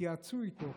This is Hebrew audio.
התייעצו איתו,